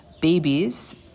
babies